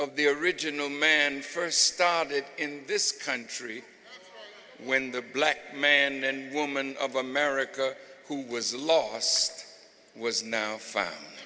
of the original man first started in this country when the black man and woman of america who was lost was no fun